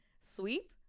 sweep